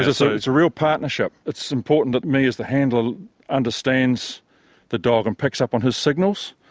it's ah it's a real partnership. it's important that me as the handler understands the dog and picks up on his signals,